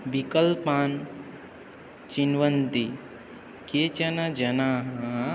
विकल्पान् चिन्वन्ति केचन जनाः